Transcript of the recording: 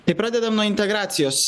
tik pradedam nuo integracijos